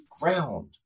Ground